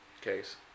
case